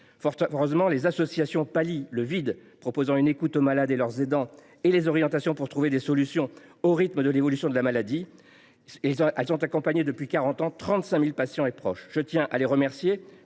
heureusement, les associations pallient le vide, proposant une écoute aux malades et à leurs aidants et les orientations pour trouver des solutions au rythme de l’évolution de la maladie. Elles ont accompagné depuis quarante ans 35 000 patients et proches. Je tiens à les remercier,